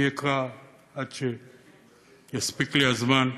אני אקרא עד שיספיק לי הזמן.